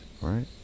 right